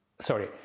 sorry